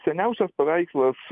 seniausias paveikslas